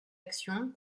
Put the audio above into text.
action